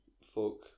folk